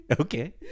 okay